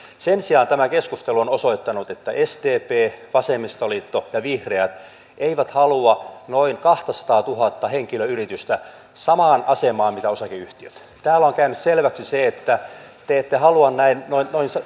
sen sijaan tämä keskustelu on osoittanut että sdp vasemmistoliitto ja vihreät eivät halua noin kahtasataatuhatta henkilöyritystä samaan asemaan missä osakeyhtiöt ovat täällä on käynyt selväksi se että te ette halua noin